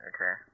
Okay